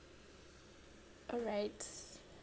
alright